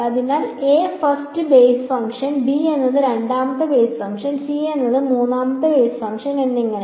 അതിനാൽ a first base function b എന്നത് രണ്ടാമത്തെ ബേസ് ഫംഗ്ഷൻ c മൂന്നാമത്തെ ബേസ് ഫംഗ്ഷൻ എന്നിങ്ങനെ